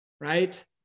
right